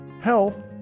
health